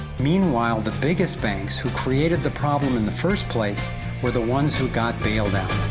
meanwhile, the biggest banks who created the problem in the first place were the ones who got bailed out.